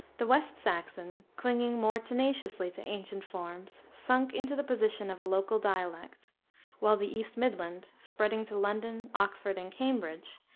the west saxon, clinging more tenaciously to ancient forms, sunk into the position of a local dialect while the east midland, spreading to london, oxford, and cambridge,